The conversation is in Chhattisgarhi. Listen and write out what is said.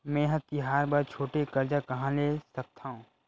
मेंहा तिहार बर छोटे कर्जा कहाँ ले सकथव?